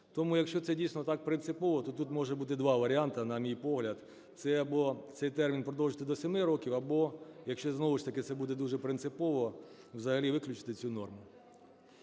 Тому, якщо це дійсно так принципово, то тут може бути два варіанти, на мій погляд, це або цей термін продовжити до 7 років, або, якщо, знову ж таки, це буде дуже принципово, взагалі виключити цю норму.